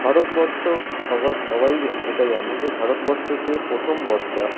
ভারতবর্ষ সবা সবাই এটা জানে যে ভারতবর্ষতে প্রথম বর্ষা